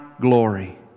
glory